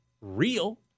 real